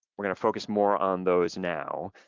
we're gonna focus more on those now.